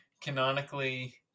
canonically